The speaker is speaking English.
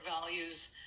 values